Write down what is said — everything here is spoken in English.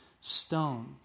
stone